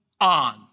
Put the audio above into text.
on